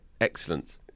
Excellent